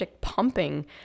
pumping